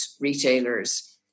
retailers